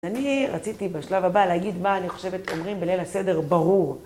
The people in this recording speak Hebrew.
אני רציתי בשלב הבא להגיד מה אני חושבת אומרים בליל הסדר ברור.